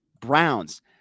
Browns